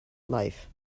life